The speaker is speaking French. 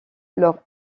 leur